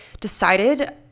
decided